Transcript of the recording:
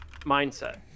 mindset